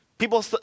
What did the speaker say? People